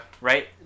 Right